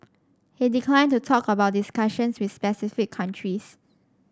he declined to talk about discussions with specific countries